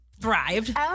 thrived